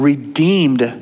Redeemed